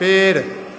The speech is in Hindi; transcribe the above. पेड़